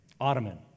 Ottoman